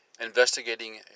investigating